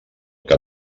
que